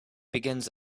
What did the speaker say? begins